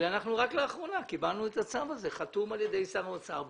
כאשר רק לאחרונה קיבלנו את הצו הזה חתום על ידי שר האוצר.